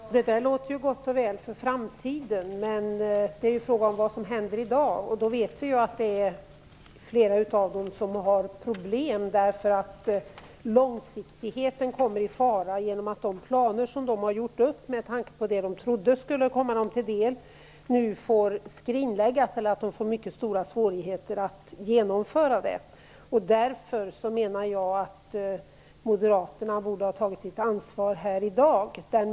Herr talman! Det låter gott och väl för framtiden, men frågan är om vad som händer i dag. Vi vet att flera av dem har problem därför att långsiktigheten kommer i fara genom att de planer som de har gjort upp, med tanke på det de trodde skulle komma dem till del, nu får skrinläggas, eller de kan få svårigheter med att genomföra dem. Därför menar jag att Moderaterna borde ha tagit sitt ansvar här i dag.